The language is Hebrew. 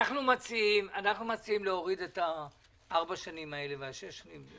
אנחנו מציעים להוריד את הארבע שנים האלה והשש שנים,